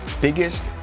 biggest